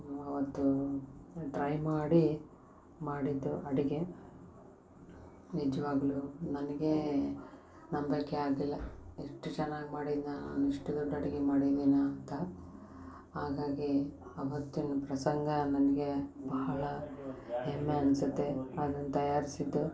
ಅವತ್ತೂ try ಮಾಡಿ ಮಾಡಿದ್ದು ಅಡಿಗೆ ನಿಜವಾಗಲೂ ನನಗೇ ನಂಬಕೆ ಆಗ್ಲಿಲ್ಲ ಇಷ್ಟು ಚೆನ್ನಾಗಿ ಮಾಡಿದ್ನಾ ಇಷ್ಟು ದೊಡ್ಡ ಅಡಿಗೆ ಮಾಡಿದೀನ ಅಂತ ಹಾಗಾಗೆ ಅವತ್ತಿನ ಪ್ರಸಂಗ ನನಗೆ ಬಹಳ ಹೆಮ್ಮೆ ಅನ್ಸತ್ತೆ ಅದನ್ನ ತಯಾರ್ಸಿದ್ದು